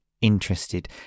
interested